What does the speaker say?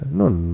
non